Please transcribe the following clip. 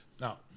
Now